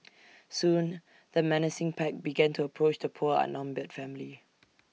soon the menacing pack began to approach the poor outnumbered family